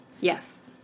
Yes